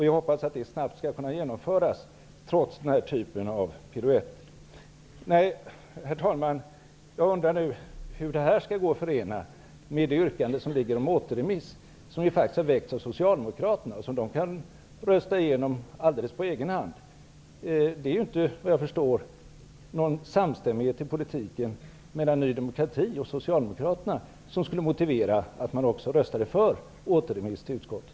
Jag hoppas att de snabbt skall kunna genomföras, trots den här typen av piruetter. Herr talman! Jag undrar hur det här nu skall gå att förena med det yrkande om återremiss som faktiskt har väckts av Socialdemokraterna och som de kan rösta igenom alldeles på egen hand. Det finns enligt vad jag förstår inte någon samstämmighet i politiken mellan Ny demokrati och Socialdemokraterna som skulle kunna motivera att man också röstade för återremiss till utskottet.